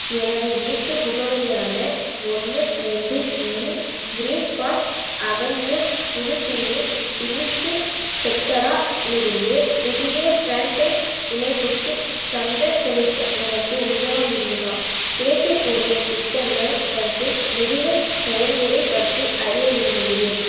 எனது வீட்டு முகவரியான ஒன்று ரெண்டு மூணு க்ரீன் பார்க் அவென்யூ புது தில்லி தில்லிக்கு ஸ்பெக்ட்ரா இலிருந்து புதிய ஃப்ராட்பேண்ட் இணைப்புக்கு சந்தா செலுத்த எனக்கு உதவ முடியுமா கிடைக்கக்கூடிய திட்டங்கள் மற்றும் நிறுவல் செயல்முறை பற்றி அறிய விரும்புகிறேன்